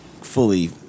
fully